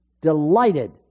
delighted